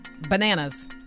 Bananas